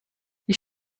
ich